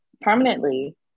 permanently